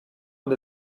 und